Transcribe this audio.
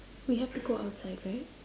we have to go outside right